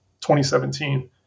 2017